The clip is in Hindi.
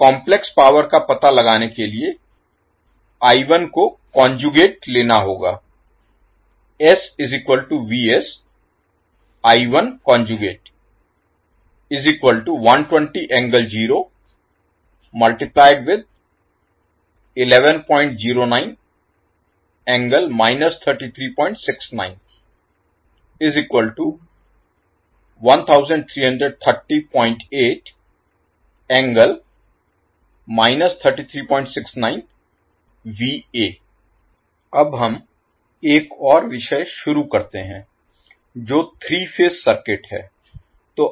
तो काम्प्लेक्स पावर का पता लगाने के लिए का कोंजूगेट लेना होगा अब हम एक और विषय शुरू करते हैं जो 3 फेज सर्किट है